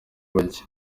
bake